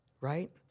right